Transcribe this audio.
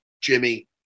Jimmy